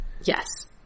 Yes